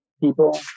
people